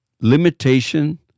limitation